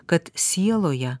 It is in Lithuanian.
kad sieloje